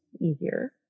easier